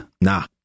Nah